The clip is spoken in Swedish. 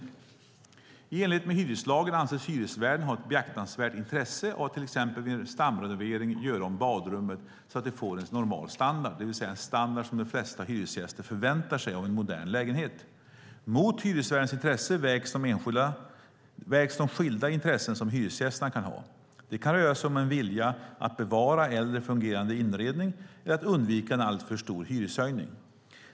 I enlighet med hyreslagen anses hyresvärden ha ett beaktansvärt intresse av att till exempel vid en stamrenovering göra om badrummet så att det får en normal standard, det vill säga en standard som de flesta hyresgäster förväntar sig av en modern lägenhet. Mot hyresvärdens intresse vägs de skilda intressen som hyresgästerna kan ha. Det kan röra sig om en vilja att bevara äldre fungerande inredning eller att undvika en alltför stor hyreshöjning.